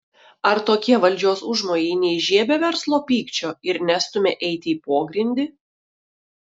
ar tokie valdžios užmojai neįžiebia verslo pykčio ir nestumia eiti į pogrindį